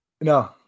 No